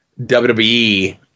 WWE